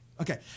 Okay